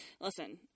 Listen